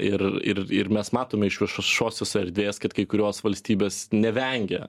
ir ir ir mes matome iš viešosios erdvės kad kai kurios valstybės nevengia